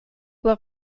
por